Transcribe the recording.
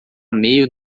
meio